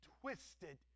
twisted